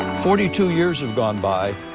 forty two years and gone by.